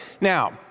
Now